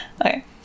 Okay